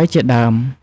៤៨ ជាដើម។